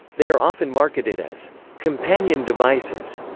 they are often marketed as companion devices,